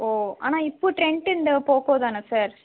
ஓ ஆனால் இப்போ ட்ரெண்ட் இந்த போக்கோ தானே சார்